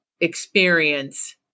experience